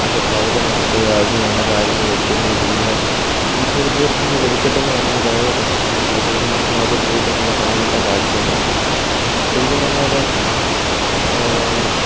അത് ട്രയല് നടത്തുക അതിനുവേണ്ട കാര്യങ്ങൾ ഒരുക്കുക ചെയ്യുക തൃശ്ശൂര് പൂരത്തിന്റെ വെടിക്കെട്ട് എന്ന് പറഞ്ഞാൽ ലോകപ്രസിദ്ധമാണ് ശരിക്കും പറഞ്ഞാല് അത് പോയി കണ്ട് നമ്മൾ കാണെണ്ട കാഴ്ച തന്നെയാണ് ശരിക്കും പറഞ്ഞാൽ